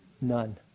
None